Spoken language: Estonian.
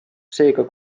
seega